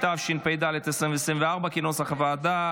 התשפ"ד 2024, כנוסח הוועדה.